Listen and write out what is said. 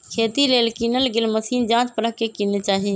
खेती लेल किनल गेल मशीन जाच परख के किने चाहि